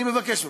אני מבקש ממך,